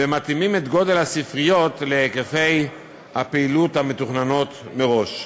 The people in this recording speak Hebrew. ומתאימים את גודל הספריות להיקפי הפעילות המתוכננת מראש.